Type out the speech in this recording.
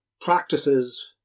practices